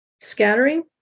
scattering